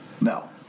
No